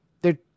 They're